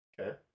Okay